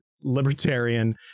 libertarian